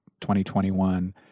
2021